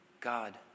God